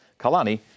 Kalani